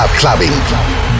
Clubbing